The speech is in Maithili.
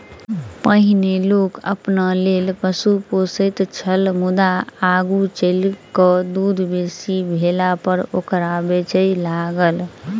पहिनै लोक अपना लेल पशु पोसैत छल मुदा आगू चलि क दूध बेसी भेलापर ओकरा बेचय लागल